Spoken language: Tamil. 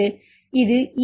கழித்தல் கழித்தல் 11